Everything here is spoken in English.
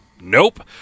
Nope